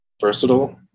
Versatile